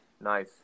Nice